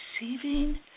receiving